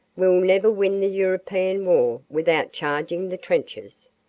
we'll never win the european war without charging the trenches.